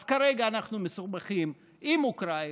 אז כרגע אנחנו מסובכים עם אוקראינה,